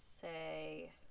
say